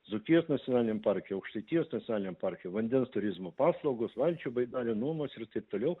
dzūkijos nacionaliniam parke aukštaitijos nacionaliniam parke vandens turizmo paslaugos valčių baidarių nuomos ir taip toliau